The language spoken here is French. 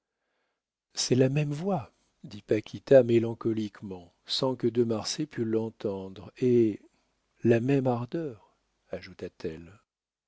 c'est la même voix dit paquita mélancoliquement sans que de marsay pût l'entendre et la même ardeur ajouta-t-elle